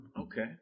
Okay